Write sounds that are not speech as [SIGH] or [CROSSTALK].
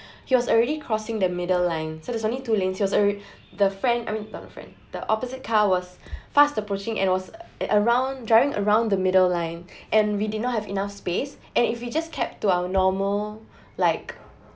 [BREATH] he was already crossing the middle line so there's only two lanes he was alr~ [BREATH] the friend I mean not the friend the opposite car was [BREATH] fast approaching and was it around driving around the middle line [BREATH] and we did not have enough space and if we just kept to our normal [BREATH] like